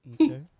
Okay